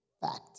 Fact